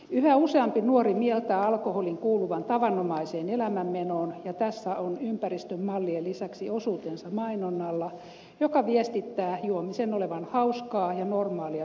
yhä useampi nuori mieltää alkoholin kuuluvan tavanomaiseen elämänmenoon ja tässä on ympäristön mallien lisäksi osuutensa mainonnalla joka viestittää juomisen olevan hauskaa ja normaalia sosiaalista toimintaa